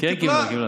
כן קיבלה.